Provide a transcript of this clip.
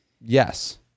Yes